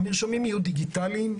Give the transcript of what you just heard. המרשמים יהיו דיגיטליים,